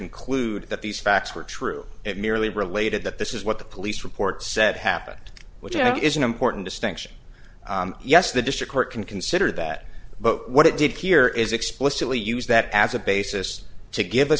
conclude that these facts were true it merely related that this is what the police report said happened which i have is an important distinction yes the district court can consider that but what it did here is explicitly use that as a basis to give